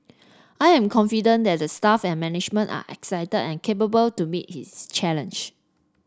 I am confident that the staff and management are excited and capable to meet his challenge